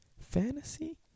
fantasy